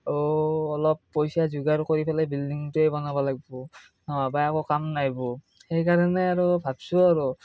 অঁ অলপ পইচা যোগাৰ কৰি পেলাই বিল্ডিংটোৱে বনাব লাগিব নহ'বা একো কাম নাইব সেইকাৰণে আৰু ভাবিছো আৰু